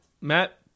Matt –